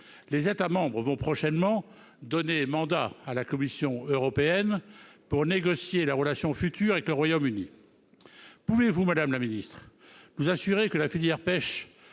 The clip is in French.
Les États membres vont prochainement donner mandat à la Commission européenne pour négocier la relation future avec le Royaume-Uni. Pouvez-vous, madame la secrétaire d'État, nous assurer que la filière pêche